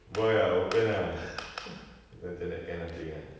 boy ah open ah itu macam that kind of thing ah